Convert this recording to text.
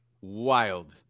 Wild